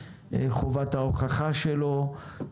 חובת ההוכחה שלו,